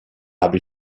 habe